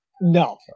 No